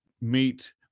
meet